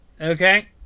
okay